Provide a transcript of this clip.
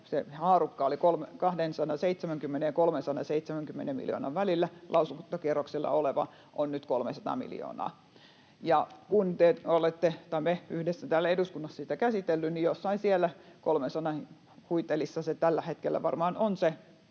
haarukka oli 270:n ja 370:n miljoonan välillä, lausuntokierroksella oleva on nyt 300 miljoonaa, ja kun me yhdessä täällä eduskunnassa olemme sitä käsitelleet, niin jossain siellä 300:n huitelissa tällä hetkellä varmaan on se